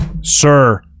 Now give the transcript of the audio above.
sir